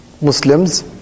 Muslims